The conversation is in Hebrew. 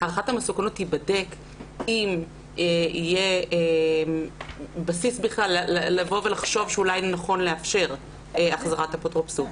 הערכת המסוכנות תיבדק אם יהיה בסיס לחשוב שנכון לאפשר החזרת אפוטרופסות.